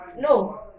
no